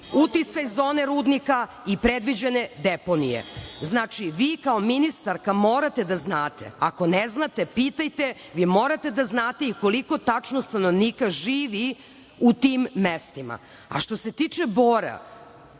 uticaj zone rudnika i predviđene deponije. Znači, vi kao ministarka morate da znate, ako ne znate, pitajte, vi morate da znate i koliko tačno stanovnika živi u tim mestima. Što se tiče Bora,